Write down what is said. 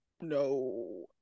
No